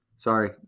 sorry